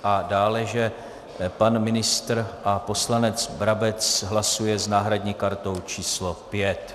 A dále že pan ministr a poslanec Brabec hlasuje s náhradní kartou číslo 5.